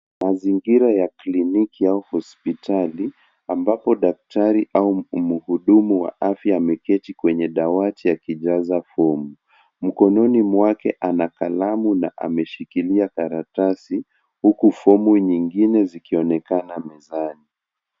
Mazingira ya kliniki au hospitali ambapo daktari au mhudumu wa afya ameketi kwenye dawati akijaza fomu. Mkononi mwake ana kalamu na ameshikilia karatasi huku fomu nyingine zikionekana mezani.